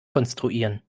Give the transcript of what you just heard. konstruieren